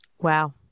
Wow